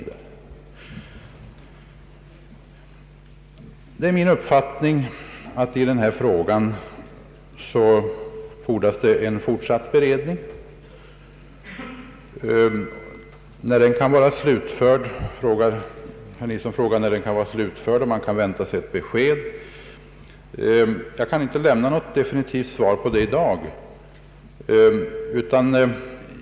Det är min uppfattning att det i denna fråga fordras en fortsatt beredning. Herr Nilsson frågar när den kan vara slutförd. Det kan jag inte lämna något definitivt svar på i dag.